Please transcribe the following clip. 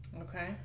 Okay